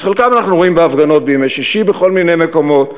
את חלקם אנחנו רואים בהפגנות בימי שישי בכל מיני מקומות,